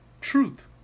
truth